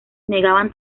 negaban